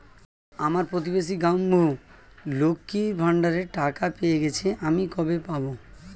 আমার প্রতিবেশী গাঙ্মু, লক্ষ্মীর ভান্ডারের টাকা পেয়ে গেছে, আমি কবে পাব?